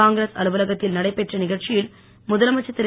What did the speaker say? காங்கிரஸ் அலுவலகத்தில் நடைபெற்ற நிகழ்ச்சியில் முதலமைச்சர் திரு